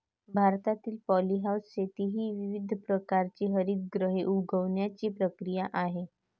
भारतातील पॉलीहाऊस शेती ही विविध प्रकारची हरितगृहे उगवण्याची प्रक्रिया आहे